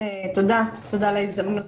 תודה על ההזדמנות.